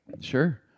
Sure